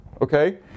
Okay